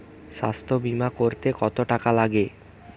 স্বাস্থ্যবীমা করতে কত টাকা লাগে?